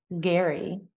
Gary